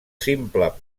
simple